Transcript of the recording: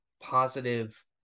positive